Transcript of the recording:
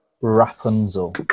Rapunzel